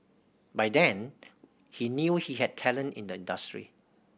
by then he knew he had talent in the industry